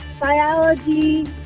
biology